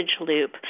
loop